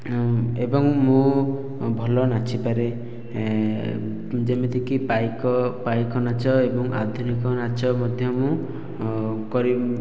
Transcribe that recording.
ଏବଂ ମୁଁ ଭଲ ନାଚିପାରେ ଯେମିତିକି ପାଇକ ପାଇକ ନାଚ ଏବଂ ଆଧୁନିକ ନାଚ ମଧ୍ୟ ମୁଁ କରି